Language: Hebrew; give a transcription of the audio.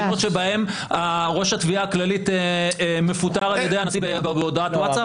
מדינות בהן ראש התביעה הכללית מפוטר על ידי הנשיא בהודעת ווטסאפ?